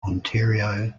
ontario